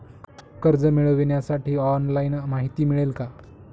कर्ज मिळविण्यासाठी ऑनलाइन माहिती मिळेल का?